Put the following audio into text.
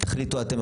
תחליטו אתן,